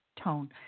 tone